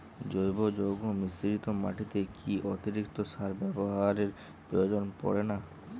জৈব যৌগ মিশ্রিত মাটিতে কি অতিরিক্ত সার ব্যবহারের প্রয়োজন পড়ে না?